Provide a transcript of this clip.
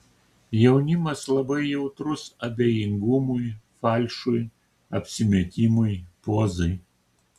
jaunimas labai jautrus abejingumui falšui apsimetimui pozai